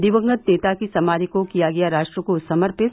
दिवंगत नेता की समाधि को किया गया राष्ट्र को समर्पित